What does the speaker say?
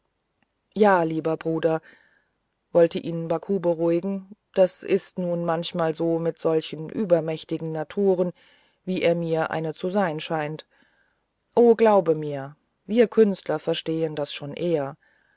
ja lieber bruder wollte ihn baku beruhigen das ist nun manchmal so mit solchen übermächtigen naturen wie er mir eine zu sein scheint o glaube mir wir künstler verstehen das schon eher